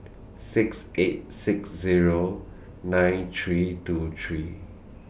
six eight six Zero nine three two three